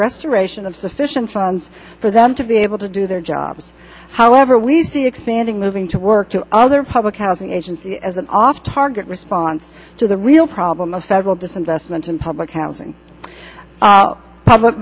restoration of sufficient funds for them to be able to do their jobs however we see expanding moving to work to other public housing agency as an off target response to the real problem of several disinvestment in public housing public